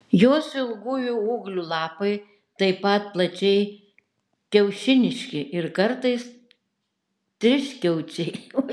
jos ilgųjų ūglių lapai taip pat plačiai kiaušiniški ir kartais triskiaučiai